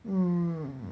mm